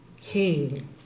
king